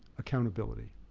accountability.